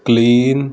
clean